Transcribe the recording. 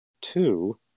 two